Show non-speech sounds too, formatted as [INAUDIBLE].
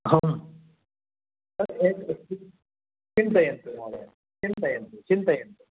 अहं [UNINTELLIGIBLE] चिन्तयन्तु महोदय चिन्तयन्तु चिन्तयन्तु